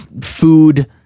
food